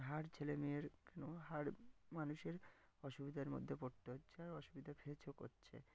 হার ছেলে মেয়ের কেন হার মানুষের অসুবিধার মধ্যে পড়তে হচ্ছে আর অসুবিধা ফেসও করছে